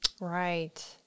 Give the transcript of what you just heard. Right